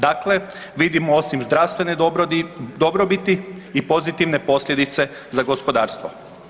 Dakle, vidimo osim zdravstvene dobrobiti i pozitivne posljedice za gospodarstvo.